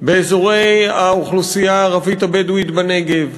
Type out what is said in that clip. באזורי האוכלוסייה הבדואית בנגב,